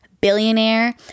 billionaire